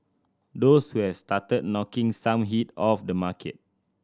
those who has started knocking some heat off the market